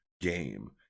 game